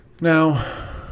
Now